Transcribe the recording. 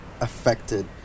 affected